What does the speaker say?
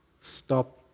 stop